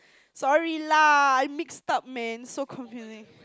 sorry lah I mixed up man so confusing